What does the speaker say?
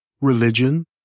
religion